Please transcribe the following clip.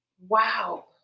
Wow